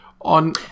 on